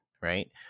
right